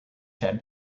had